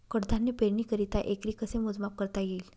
कडधान्य पेरणीकरिता एकरी कसे मोजमाप करता येईल?